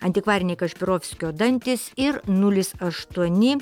antikvariniai kašpirovskio dantys ir nulis aštuoni